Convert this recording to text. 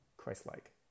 Christ-like